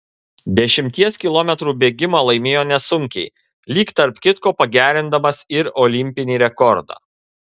dešimties kilometrų bėgimą laimėjo nesunkiai lyg tarp kitko pagerindamas ir olimpinį rekordą